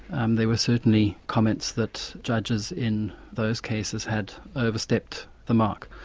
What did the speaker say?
um there were certainly comments that judges in those cases had overstepped the mark.